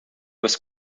was